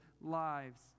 lives